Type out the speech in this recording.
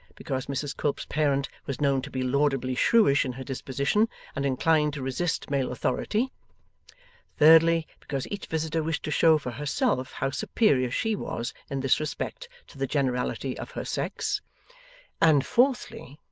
because mrs quilp's parent was known to be laudably shrewish in her disposition and inclined to resist male authority thirdly, because each visitor wished to show for herself how superior she was in this respect to the generality of her sex and fourthly,